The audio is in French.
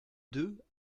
deux